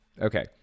Okay